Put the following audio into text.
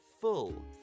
full